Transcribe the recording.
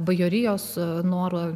bajorijos noro